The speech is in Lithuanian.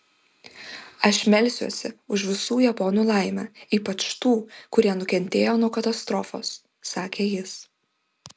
aš melsiuosi už visų japonų laimę ypač tų kurie nukentėjo nuo katastrofos sakė jis